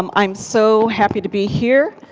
um i'm so happy to be here.